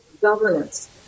governance